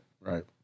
Right